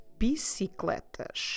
bicicletas